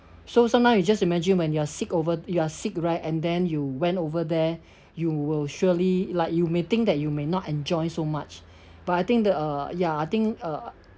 so sometime you just imagine when you're sick over you're sick right and then you went over there you will surely like you may think that you may not enjoy so much but I think the uh ya I think uh